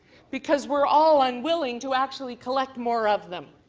because we're all and willing to actually collect more of them.